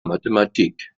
mathematik